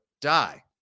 die